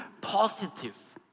positive